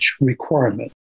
Requirement